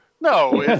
no